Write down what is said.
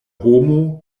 homo